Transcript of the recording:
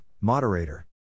moderator